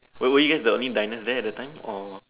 were were you guys the only diners there at the time or